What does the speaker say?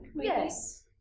yes